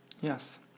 Yes